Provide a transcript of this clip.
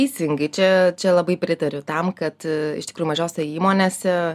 teisingai čia čia labai pritariu tam kad iš tikrųjų mažose įmonėse